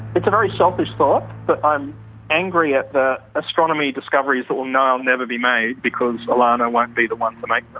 but very selfish thought, but i'm angry at the astronomy discoveries that will now never be made because ilana won't be the one but like